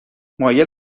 مایل